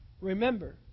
remember